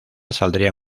saldría